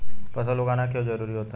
फसल उगाना क्यों जरूरी होता है?